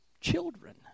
children